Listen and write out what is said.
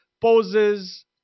poses